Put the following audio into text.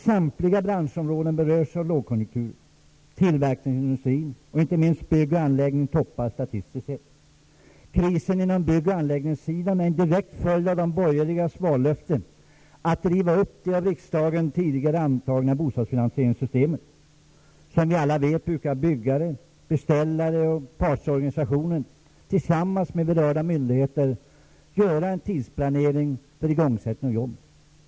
Samtliga branschområden berörs av lågkonjunkturen, men tillverkningsindustrin och inte minst bygg och anläggningsindustrin toppar statiskt sett. Krisen inom bygg och anläggningsindustrin är en direkt följd av de borgerligas vallöfte att riva upp det av riksdagen tidigare antagna bostadsfinansieringssystemet. Som vi alla vet brukar byggare, beställare och partsorganisationer tillsammans med berörda myndigheter tidsplanera igångsättandet av jobben.